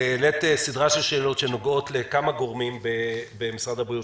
העלית סדרה של שאלות שנוגעות לכמה גורמים במשרד הבריאות,